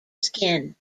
skin